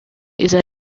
izana